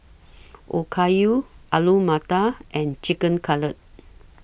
Okayu Alu Matar and Chicken Cutlet